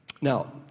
Now